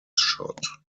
shot